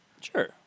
Sure